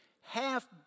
half